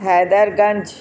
Haidarganj